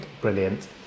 brilliant